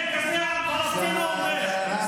"אין דבר כזה עם פלסטיני", הוא אומר.